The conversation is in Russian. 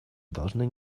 должны